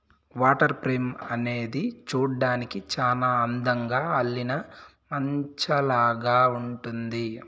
water frame అనేది చూడ్డానికి చానా అందంగా అల్లిన మంచాలాగా ఉంటుంది